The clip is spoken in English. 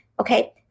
Okay